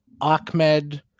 Ahmed